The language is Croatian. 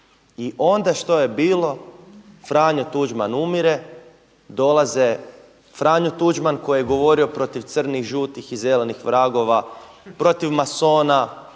I onda što je bilo? Franjo Tuđman umire, dolaze, Franjo Tuđman koji je govorio protiv crnih, žutih i zelenih vragova, protiv masona,